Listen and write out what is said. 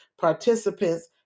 Participants